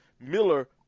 Miller